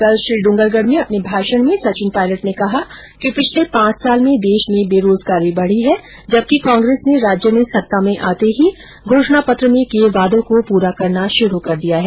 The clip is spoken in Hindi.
कल श्रीड्ंगरगढ में अपने भाषण में सचिन पायलट ने कहा कि पिछले पांच साल में देष में बेरोजगारी बढी है जबकि कांग्रेस ने राज्य में सत्ता में आते ही घोषणा पत्र में किये वादों को पूरा करना शुरू कर दिया है